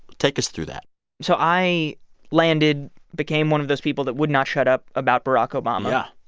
take us through that so i landed, became one of those people that would not shut up about barack obama.